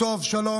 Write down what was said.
שלום.